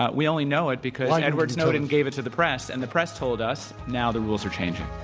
ah we only know it because edward snowden gave it to the press, and the press told us. now the rules are changing.